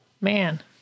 Man